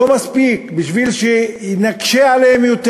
לא מספיק, בשביל שנקשה עליהם יותר,